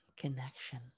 connection